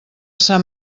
sant